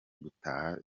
gutaha